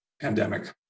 pandemic